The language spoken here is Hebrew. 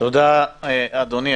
תודה, אדוני.